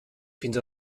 fins